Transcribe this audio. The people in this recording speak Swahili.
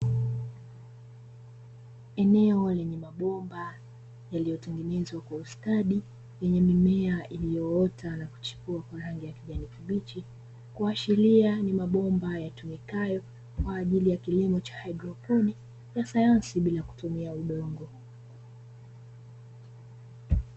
Eneo lenye mabomba yaliyotengenezwa kwa ustadi yenye mimea iliyoota na kuchipua kwa rangi ya kijani kibichi, kuashiria ni mabomba yatumikayo kwa ajili ya kilimo cha haidroponi ya sayansi bila kutumia udongo.